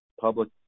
public